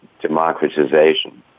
democratization